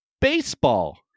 baseball